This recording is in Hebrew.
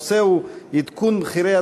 הנושא הוא: עדכון מחירי